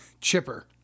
chipper